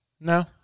No